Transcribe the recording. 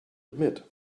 admit